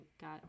got